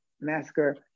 massacre